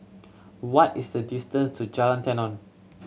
what is the distance to Jalan Tenon